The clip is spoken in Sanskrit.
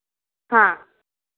हा